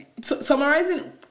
summarizing